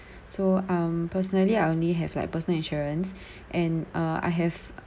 so um personally I only have like personal insurance and uh I have